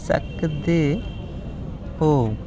सकदे ओ